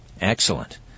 Excellent